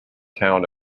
town